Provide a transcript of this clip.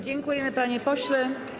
Dziękujemy, panie pośle.